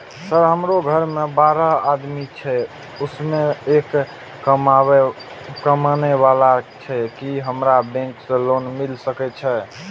Sir हमरो घर में बारह आदमी छे उसमें एक कमाने वाला छे की हमरा बैंक से लोन मिल सके छे?